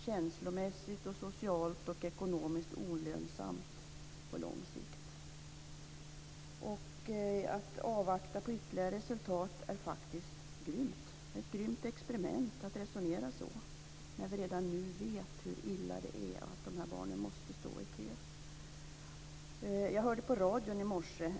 Känslomässigt, socialt och ekonomiskt är det olönsamt på lång sikt. Att avvakta ytterligare resultat är faktiskt grymt. Det är ett grymt experiment att resonera så. Redan nu vet vi ju hur illa det är att de här barnen måste stå i kö.